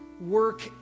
work